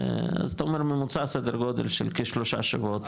אז אתה אומר ממוצע, סדר גודל של כשלושה שבועות.